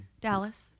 Dallas